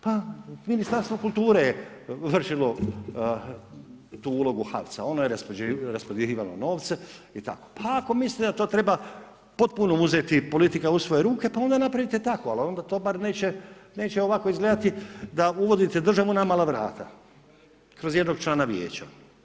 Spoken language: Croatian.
Pa Ministarstvo kulture je vršilo tu ulogu HAVC-a, ono je raspodjeljivalo novce i tako pa ako mislite da to treba potpuno uzeti politika u svoje ruke pa onda napravite tako, a onda to bar neće ovako izgledati da uvodite državu na mala vrata kroz jednog člana vijeća.